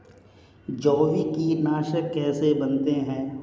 जैविक कीटनाशक कैसे बनाते हैं?